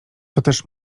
toteż